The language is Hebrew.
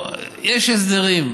זה ידידותי למשתמש.